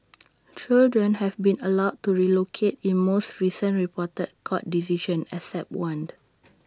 children have been allowed to relocate in most recent reported court decisions except one